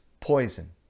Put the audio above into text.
poison